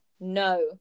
No